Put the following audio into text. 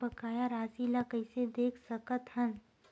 बकाया राशि ला कइसे देख सकत हान?